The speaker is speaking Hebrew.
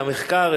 את המחקר,